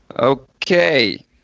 Okay